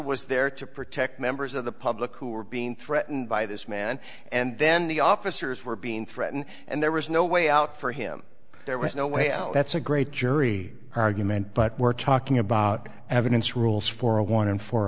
was there to protect members of the public who were being threatened by this man and then the officers were being threatened and there was no way out for him there was no way and that's a great jury argument but we're talking about evidence rules for a one in four